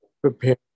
prepare